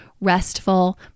restful